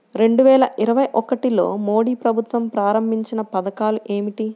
రెండు వేల ఇరవై ఒకటిలో మోడీ ప్రభుత్వం ప్రారంభించిన పథకాలు ఏమిటీ?